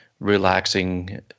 relaxing